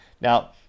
Now